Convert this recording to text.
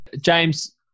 James